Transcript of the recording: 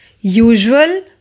usual